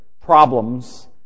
problems